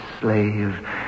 slave